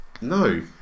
No